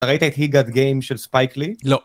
ראית את ״הי גאט גיים״ של ספייק לי? לא